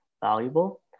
valuable